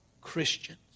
Christians